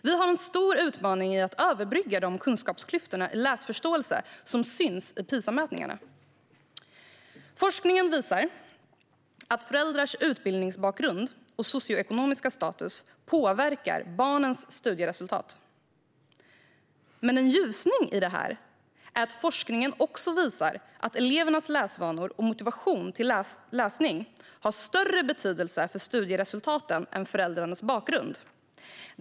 Vi har en stor utmaning när det gäller att överbrygga de kunskapsklyftor i läsförståelse som syns i PISA-mätningarna. Forskningen visar att föräldrars utbildningsbakgrund och socioekonomiska status påverkar barnens studieresultat. Men en ljuspunkt i detta är att forskningen också visar att elevernas läsvanor och motivation till läsning har större betydelse för studieresultaten än föräldrarnas bakgrund.